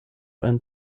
and